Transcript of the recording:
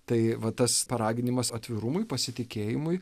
tai vat tas paraginimas atvirumui pasitikėjimui